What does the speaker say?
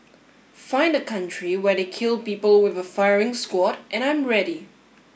find a country where they kill people with a firing squad and I'm ready